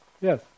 yes